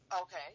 Okay